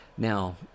Now